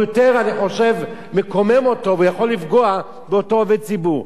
זה יותר מקומם אותו והוא יכול לפגוע באותו עובד ציבור.